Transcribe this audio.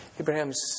Abraham's